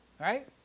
right